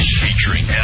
featuring